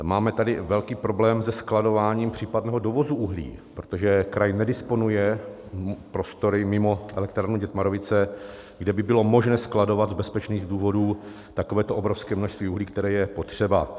Máme tady velký problém se skladováním případného dovozu uhlí, protože kraj nedisponuje prostory mimo elektrárnu Dětmarovice, kde by bylo možné skladovat z bezpečných důvodů takovéto obrovské množství uhlí, které je potřeba.